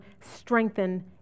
strengthen